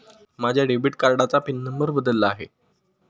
माझ्या डेबिट कार्डाचा pin number बदलला आहे